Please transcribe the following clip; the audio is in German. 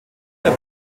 der